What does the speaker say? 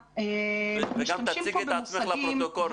תציגי את עצמך לפרוטוקול,